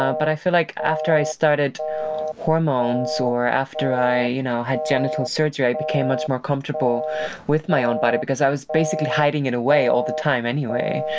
um but i feel like after i started hormones or after i you know had genital surgery, i became much more comfortable with my own body because i was basically hiding it away all the time anyway.